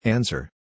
Answer